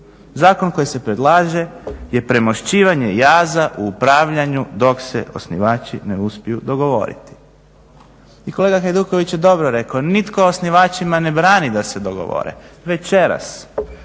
Zakon koji se predlaže je premošćivanje jaza u upravljanju dok se osnivači ne uspiju dogovoriti. I kolega Hajduković je dobro rekao, nitko osnivačima ne brani da se dogovore večeras,